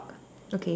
okay